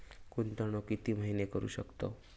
गुंतवणूक किती महिने करू शकतव?